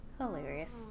hilarious